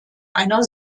einer